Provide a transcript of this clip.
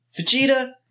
Vegeta